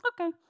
okay